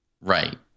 Right